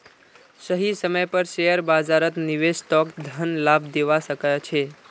सही समय पर शेयर बाजारत निवेश तोक धन लाभ दिवा सके छे